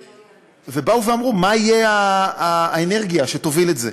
באו ואמרו: מה תהיה האנרגיה שתוביל את זה?